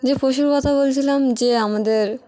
যে পশুর কথা বলছিলাম যে আমাদের